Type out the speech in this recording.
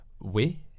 Oui